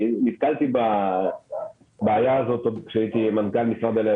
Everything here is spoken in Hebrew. אני נתקלתי בבעיה הזאת עת הייתי מנכ"ל משרד העלייה